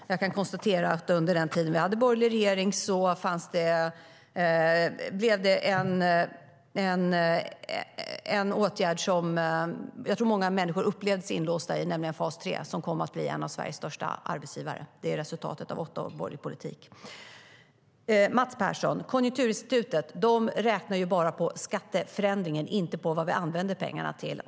Men jag kan konstatera att under den tid som vi hade en borgerlig regering infördes en åtgärd som jag tror att många människor upplevde sig inlåsta i, nämligen fas 3, som kom att bli en av Sveriges största arbetsgivare. Det är resultatet av åtta års borgerlig politik. Till Mats Persson vill jag säga att Konjunkturinstitutet räknar bara på skatteförändringen, inte på vad vi använder pengarna till.